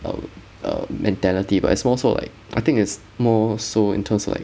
um um mentality but it's more so like I think it's more so in terms of like